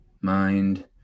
mind